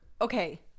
okay